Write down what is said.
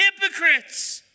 hypocrites